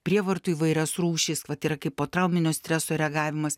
prievartų įvairias rūšis vat yra kaip potrauminio streso reagavimas